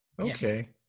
Okay